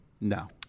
no